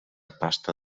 pasta